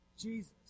Jesus